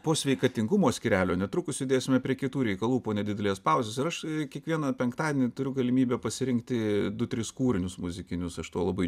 po sveikatingumo skyrelio netrukus judėsime prie kitų reikalų po nedidelės pauzės ir aš kiekvieną penktadienį turiu galimybę pasirinkti du tris kūrinius muzikinius aš tuo labai